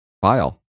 file